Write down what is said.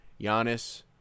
Giannis